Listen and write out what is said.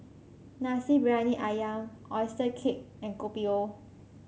Nasi Briyani ayam oyster cake and Kopi O